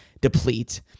deplete